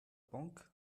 bank